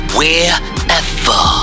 wherever